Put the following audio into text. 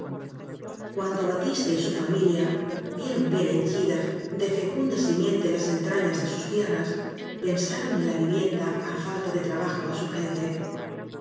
cuando batiste y su familia vieron bien henchidas de fecunda simiente las entrañas de sus tierras pensaron en la vivienda á falta de trabajo más urgente